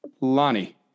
Lonnie